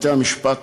בתי-המשפט,